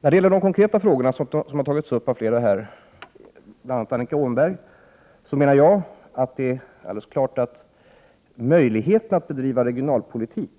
När det gäller de konkreta frågor som har tagits upp av flera talare, bl.a. Annika Åhnberg, menar jag att det är alldeles klart att möjligheterna att bedriva regionalpolitik